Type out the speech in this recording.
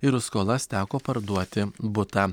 ir už skolas teko parduoti butą